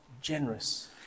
generous